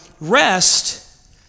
rest